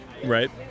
right